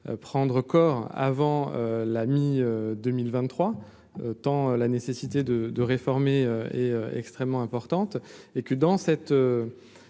prendre corps avant la mi-2023, tant la nécessité de de réformer est extrêmement importante et que, dans cette